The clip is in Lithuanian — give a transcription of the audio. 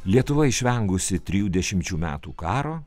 lietuva išvengusi trijų dešimčių metų karo